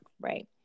right